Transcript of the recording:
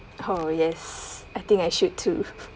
oh yes I think I should too